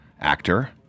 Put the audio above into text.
actor